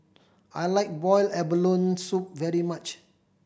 I like boiled abalone soup very much